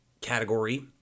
category